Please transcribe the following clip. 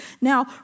Now